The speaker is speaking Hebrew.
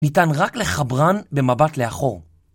ניתן רק לחברן במבט לאחור.